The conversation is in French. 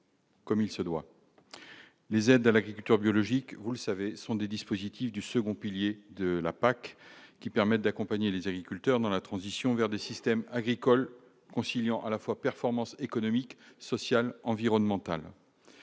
Comme il se doit, les aides à l'agriculture biologique, vous le savez, sont des dispositifs du second pilier de la PAC, qui permettent d'accompagner les agriculteurs dans la transition vers des systèmes agricoles conciliant à la fois performance économique, social, environnemental,